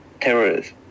terrorists